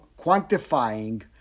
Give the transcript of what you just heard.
quantifying